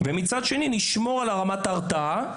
מצד שני, נשמור על רמת ההרתעה,